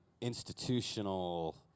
institutional